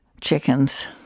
chickens